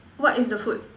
what is the food